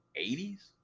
80s